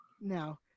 Now